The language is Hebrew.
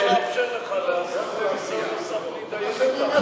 לא, אני יכול לאפשר לך לעשות ניסיון להתדיין אתם.